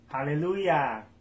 Hallelujah